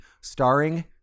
starring